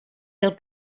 del